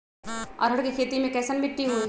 अरहर के खेती मे कैसन मिट्टी होइ?